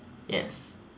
yes